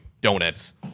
Donuts